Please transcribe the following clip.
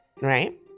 right